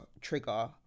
trigger